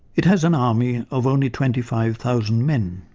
it has an army of only twenty five thousand men.